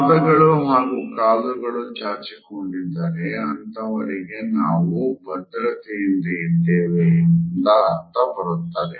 ಪಾದಗಳು ಹಾಗು ಕಾಲುಗಳು ಚಾಚಿಕೊಂಡರೆ ಅಂತಹವರಿಗೆ ತಾವು ಭದ್ರತೆಯಿಂದ ಇದ್ದೇವೆ ಬರುತ್ತದೆ